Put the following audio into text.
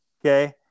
Okay